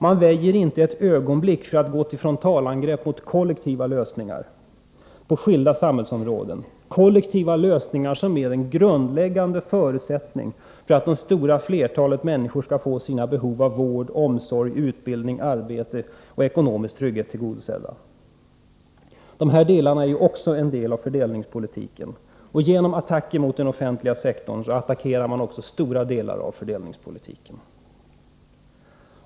Man väjer inte ett ögonblick för att gå till motangrepp mot kollektiva lösningar på skilda samhällsområden, kollektiva lösningar som är den grundläggande förutsättningen för att det stora flertalet människor skall få sina behov av vård, omsorg, utbildning, arbete och ekonomisk trygghet tillgodosedda. Även dessa saker är delar av fördelningspolitiken. Genom attacker mot den offentliga sektorn attackerar man även stora delar av fördelningspolitiken.